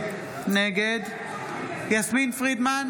נגד יסמין פרידמן,